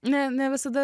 ne ne visada